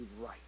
right